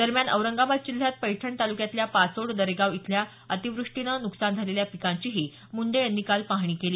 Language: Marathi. दरम्यान औरंगाबाद जिल्ह्यात पैठण तालुक्यातल्या पाचोड दरेगाव इथल्या अतिव्रष्टीनं नुकसान झालेल्या पिकांचीही मुंडे यांनी काल पाहणी केली